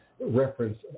reference